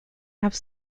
have